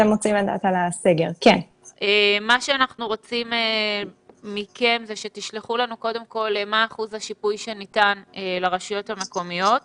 אנחנו רוצים שקודם כל תשלחו לנו מה אחוז השיפוי שניתן לרשויות המקומיות.